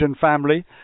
family